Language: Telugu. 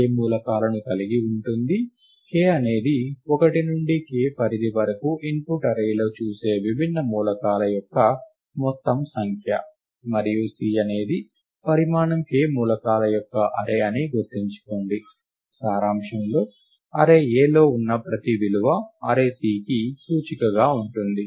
k అనేది 1 నుండి k పరిధి వరకు ఇన్పుట్ అర్రేలో చూసే విభిన్న మూలకాల యొక్క మొత్తం సంఖ్య మరియు C అనేది పరిమాణం k మూలకాల యొక్క అర్రే అని గుర్తుంచుకోండి సారాంశంలో అర్రే A లో ఉన్న ప్రతి విలువ అర్రే C కి సూచికగా ఉంటుంది